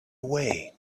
away